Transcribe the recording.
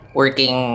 working